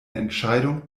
entscheidung